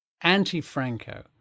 anti-Franco